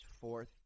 fourth